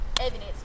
evidence